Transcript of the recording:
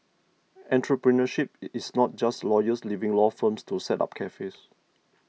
entrepreneurship is not just lawyers leaving law firms to set up cafes